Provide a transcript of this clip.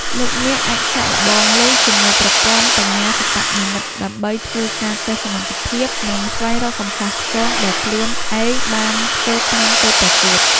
លោកអ្នកអាចសាកល្បងលេងជាមួយប្រព័ន្ធបញ្ញាសិប្បនិម្មិតដើម្បីធ្វើការតេស្តសមត្ថភាពនិងស្វែងរកកំហុសឆ្គងដែលខ្លួនឯងបានធ្វើក្នុងពេលប្រកួត។